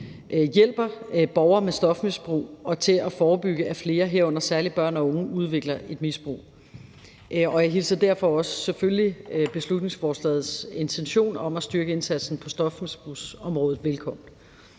hjælper borgere med stofmisbrug, og en forpligtelse til at forebygge, at flere, herunder særlig børn og unge, udvikler et misbrug. Jeg hilser selvfølgelig derfor også beslutningsforslagets intention om at styrke indsatsen på stofmisbrugsområdet velkommen.